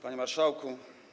Panie Marszałku!